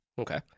Okay